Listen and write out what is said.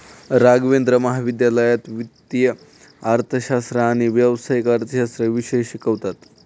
राघवेंद्र महाविद्यालयात वित्तीय अर्थशास्त्र आणि व्यावसायिक अर्थशास्त्र विषय शिकवतात